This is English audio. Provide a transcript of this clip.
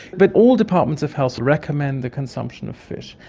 but all departments of health recommend the consumption of fish,